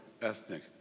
ethnic